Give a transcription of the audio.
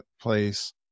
place